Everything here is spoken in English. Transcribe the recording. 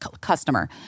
Customer